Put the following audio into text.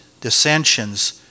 dissensions